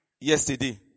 yesterday